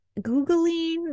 googling